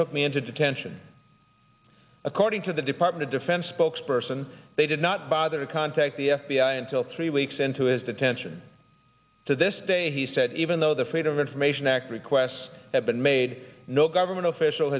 took me into detention according to the department of defense spokesperson they did not bother to contact the f b i until three weeks into his detention to this day he said even though the freedom of information act requests have been made no government official